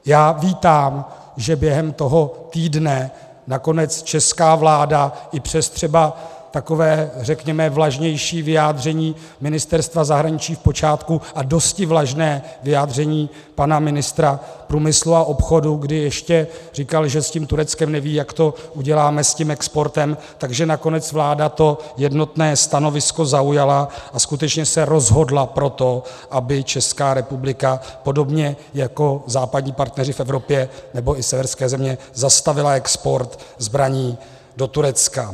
Já vítám, že během toho týdne nakonec česká vláda i přes třeba takové řekněme vlažnější vyjádření Ministerstva zahraničí v počátku a dosti vlažné vyjádření pana ministra průmyslu a obchodu, kdy ještě říkal, že s tím Tureckem neví, jak to uděláme, s tím exportem, že nakonec vláda to jednotné stanovisko zaujala a skutečně se rozhodla pro to, aby Česká republika podobně jako západní partneři v Evropě nebo i severské země zastavila export zbraní do Turecka.